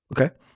okay